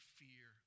fear